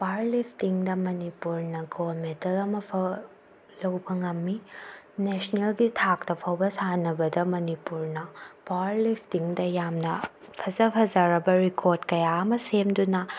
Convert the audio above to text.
bar ꯂꯤꯐꯇꯤꯡꯗ ꯃꯅꯤꯄꯨꯔꯅ gold medal ꯑꯃ ꯐꯥꯎ ꯂꯧꯕ ꯉꯝꯃꯤ ꯅꯦꯁꯅꯦꯜꯒꯤ ꯊꯥꯛꯇ ꯐꯥꯎꯕ ꯁꯥꯟꯅꯕꯗ ꯃꯅꯤꯄꯨꯔꯅ ꯕꯥꯔ ꯂꯤꯐꯇꯤꯡꯗ ꯌꯥꯝꯅ ꯐꯖ ꯐꯖꯔꯕ ꯔꯦꯀꯣꯔꯠ ꯀꯌꯥ ꯑꯃ ꯁꯦꯝꯗꯨꯅ